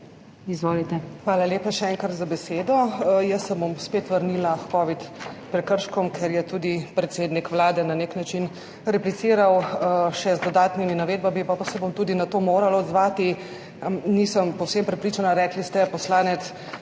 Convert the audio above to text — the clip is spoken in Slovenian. Hvala lepa še enkrat za besedo. Jaz se bom spet vrnila h kovidnim prekrškom, ker je tudi predsednik Vlade na nek način repliciral še z dodatnimi navedbami, pa se bom tudi na to morala odzvati. Nisem povsem prepričana, rekli ste,